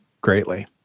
greatly